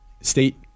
state